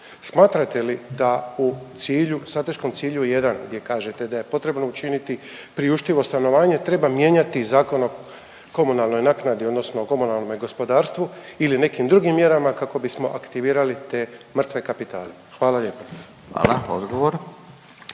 Smatrate li da u cilju, strateškom cilju jedan gdje kažete da je potrebno učiniti priuštivo stanovanje treba mijenjati Zakon o komunalnoj naknadi odnosno o komunalnom gospodarstvu ili nekim drugim mjerama kako bismo aktivirali te mrtve kapitale? Hvala lijepo. **Radin,